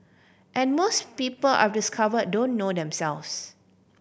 and most people I've discovered don't know themselves